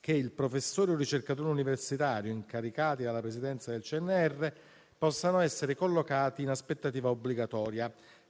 che il professore o il ricercatore universitario, incaricati della presidenza del CNR, possano essere collocati in aspettativa obbligatoria,